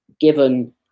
given